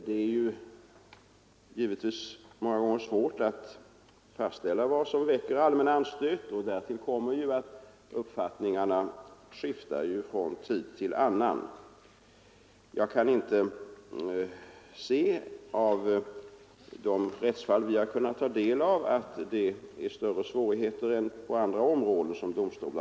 Det är givetvis många gånger svårt att fastställa vad som väcker allmän anstöt. Därtill kommer att uppfattningarna skiftar från tid till annan. Jag kan inte se av de rättsfall vi har kunnat ta del av att domstolarna här står inför större svårigheter än på andra områden.